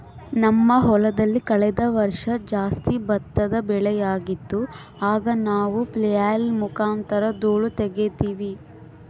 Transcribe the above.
ನಮ್ಮ ಹೊಲದಲ್ಲಿ ಕಳೆದ ವರ್ಷ ಜಾಸ್ತಿ ಭತ್ತದ ಬೆಳೆಯಾಗಿತ್ತು, ಆಗ ನಾವು ಫ್ಲ್ಯಾಯ್ಲ್ ಮುಖಾಂತರ ಧೂಳು ತಗೀತಿವಿ